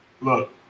Look